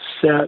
set